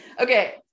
Okay